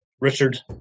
Richard